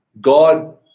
God